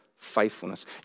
faithfulness